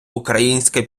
українська